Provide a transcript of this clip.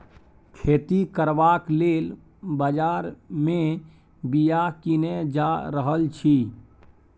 खेती करबाक लेल बजार मे बीया कीने जा रहल छी